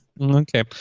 Okay